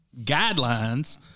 guidelines